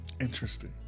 Interesting